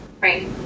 Right